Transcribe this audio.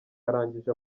arangije